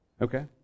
Okay